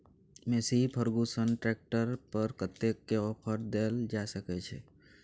Massey Ferguson tractor पर कतेक के ऑफर देल जा सकै छै?